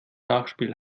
nachspiel